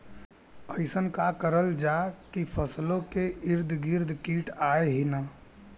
अइसन का करल जाकि फसलों के ईद गिर्द कीट आएं ही न?